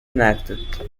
enacted